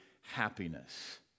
happiness